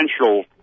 essential